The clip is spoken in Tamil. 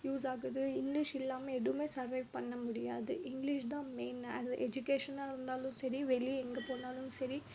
யூஸ் ஆகுது இங்கிலிஷ் இல்லாமல் எதுவுமே சர்வைவ் பண்ண முடியாது இங்கிலிஷ் தான் மெயின் அது எஜிகேஷனாக இருந்தாலும் சரி வெளியே எங்கே போனாலும் சரி